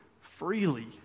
freely